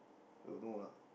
don't know lah